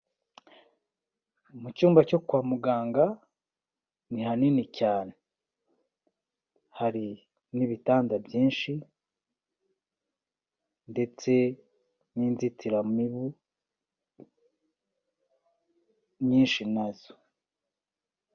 Mu cyumba cyo kwa muganga ni hanini cyane. Hari n'ibitanda byinshi ndetse n'inzitiramibu nyinshi nazo.